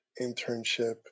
internship